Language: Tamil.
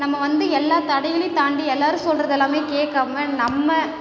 நம்ம வந்து எல்லா தடைகளையும் தாண்டி எல்லோரும் சொல்றது எல்லாம் கேட்காம நம்ம